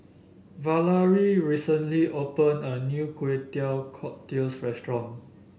Valarie recently opened a new Kway Teow Cockles restaurant